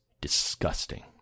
disgusting